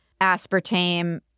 aspartame